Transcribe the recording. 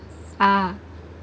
ah